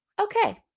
okay